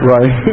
Right